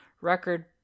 record